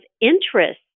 interest